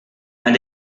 and